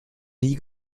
nie